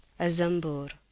Azambur